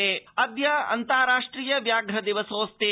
विश्वव्याघ्रदिवस अद्य अन्ता राष्ट्रिय व्याघ्र दिवसोऽस्ति